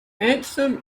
anthem